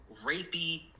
rapey